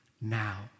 now